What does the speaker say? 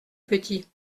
petit